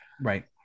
right